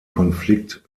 konflikt